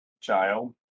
Child